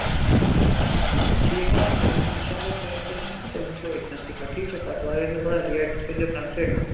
اَچھا اَچھا ٹھیٖک حظ چھُ تیٚلہِ یِمہٕ بہٕ اِنشاء اللہ کٲلۍکٮ۪تھ تہٕ تیٚلہِ وُچھو أتھۍنسٕے پَتہٕ ٹھیٖک چھا پَتہٕ وٲلۍزیٚو تھوڑا ریٹ تہِ کٔرۍزیٚو کَنسیشَن